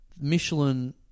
Michelin